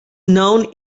known